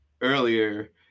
earlier